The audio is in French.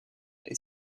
est